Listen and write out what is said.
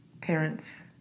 parents